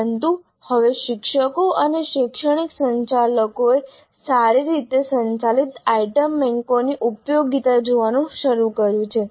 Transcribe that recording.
પરંતુ હવે શિક્ષકો અને શૈક્ષણિક સંચાલકોએ સારી રીતે સંચાલિત આઇટમ બેન્કોની ઉપયોગીતા જોવાનું શરૂ કર્યું છે